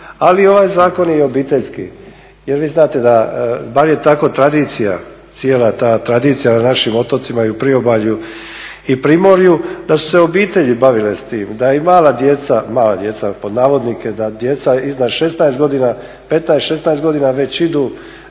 ali ovaj zakon je i obiteljski. Jer vi znate bar je tako tradicija cijela ta tradicija na našim otocima i u priobalju i primorju da su se obitelji bavile s tim, da i "mala djeca" da djeca iznad 15, 16 godina već idu